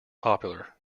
popular